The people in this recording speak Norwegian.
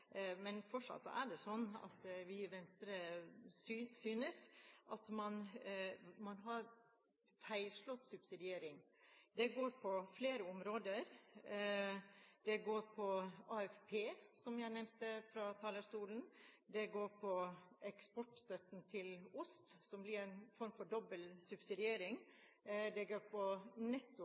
Men fortsatt er det sånn at vi i Venstre synes man har en feilslått subsidiering. Det går på flere områder. Det går på AFP, som jeg nevnte fra talerstolen. Det går på eksportstøtten til ost, som blir en form for dobbel subsidiering. Det går på